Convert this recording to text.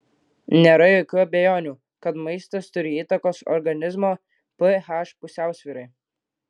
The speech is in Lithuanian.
nėra jokių abejonių kad maistas turi įtakos organizmo ph pusiausvyrai